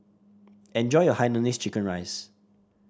enjoy your Hainanese Curry Rice